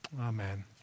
Amen